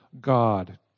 God